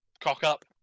cock-up